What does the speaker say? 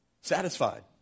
satisfied